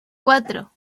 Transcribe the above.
cuatro